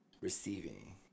receiving